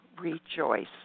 rejoice